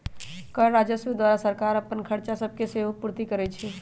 कर राजस्व द्वारा सरकार अप्पन खरचा सभके सेहो पूरति करै छै